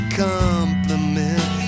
compliment